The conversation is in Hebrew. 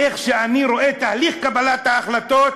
איך שאני רואה את תהליך קבלת ההחלטות,